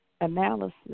analysis